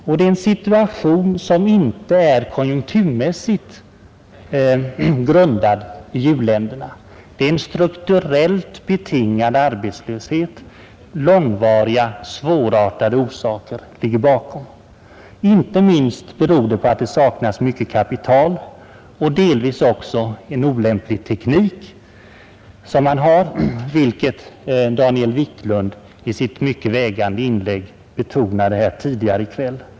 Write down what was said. Och situationen är inte konjunkturmässigt betingad i u-länderna. Det råder en strukturell arbetslöshet med långvariga, svårartade orsaker. Inte minst beror den på stor brist på kapital, delvis också på att man har olämplig teknik, vilket Daniel Wiklund i sitt vägande inlägg betonade här tidigare i kväll.